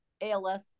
ALS